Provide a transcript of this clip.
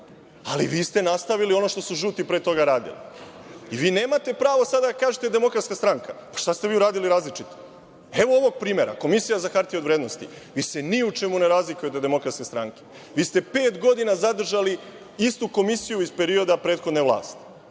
ali vi ste nastavili ono što su žuti pre toga radili. Vi nemate pravo sada da kažete Demokratska stranka. Šta ste vi uradili različito? Evo, ovog primera – Komisija za hartije od vrednosti ni u čemu se ne razliku od Demokratske stranke. Vi ste pet godina zadržali istu Komisiju iz perioda prethodne vlasti.